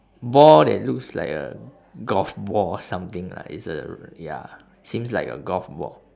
ball that looks like a golf ball or something lah it's uh ya seems like a golf ball